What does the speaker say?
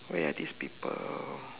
where are these people